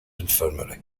infirmary